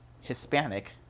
Hispanic